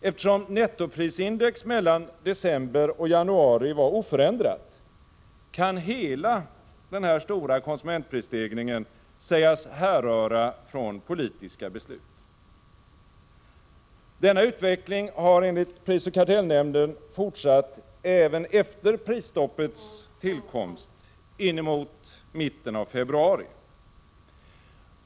Eftersom nettoprisindex mellan december och januari var oförändrat, kan hela den här stora konsumentprisstegringen sägas härröra från politiska beslut. Denna utveckling har enligt prisoch kartellnämnden fortsatt även efter prisstoppets tillkomst inemot mitten av februari.